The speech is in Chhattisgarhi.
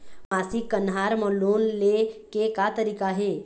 मासिक कन्हार म लोन ले के का तरीका हे?